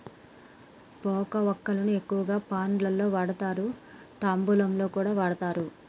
పోక వక్కలు ఎక్కువగా పాన్ లలో వాడుతారు, తాంబూలంలో కూడా వాడుతారు